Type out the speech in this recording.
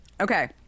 okay